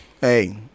hey